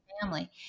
family